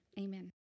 Amen